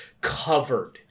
covered